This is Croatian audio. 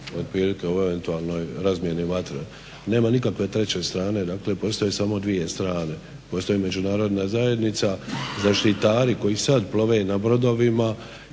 otprilike u eventualnoj razmjeni vatre. Nema nikakve treće strane, dakle postoje samo dvije strane. Postoji međunarodna zajednica, zaštitari koji sad plove na brodovima